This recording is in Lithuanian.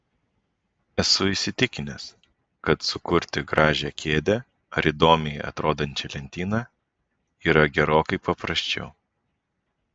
esu įsitikinęs kad sukurti gražią kėdę ar įdomiai atrodančią lentyną yra gerokai paprasčiau